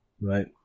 Right